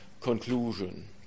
conclusion